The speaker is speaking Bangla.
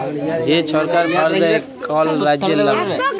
যে ছরকার ফাল্ড দেয় কল রাজ্যের লামে